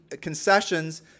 concessions